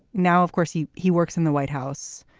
now, of course, he he works in the white house.